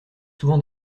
souvent